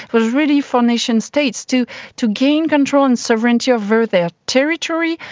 was really for nation states to to gain control and sovereignty over their territory,